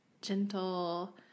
gentle